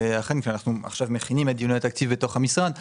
כאשר אנחנו מכינים עכשיו את דיוני התקציב בתוך המשרד,